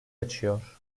açıyor